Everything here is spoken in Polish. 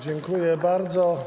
Dziękuję bardzo.